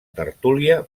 tertúlia